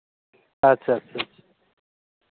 ᱟᱪᱪᱷᱟ ᱟᱪᱪᱷᱟ